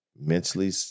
mentally